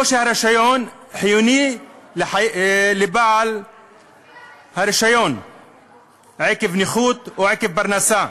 או שהרישיון חיוני לבעל הרישיון עקב נכות או עקב פרנסה.